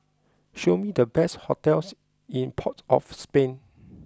show me the best hotels in Port of Spain